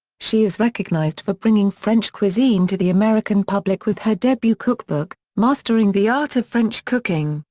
she is recognized for bringing french cuisine to the american public with her debut cookbook, mastering the art of french cooking,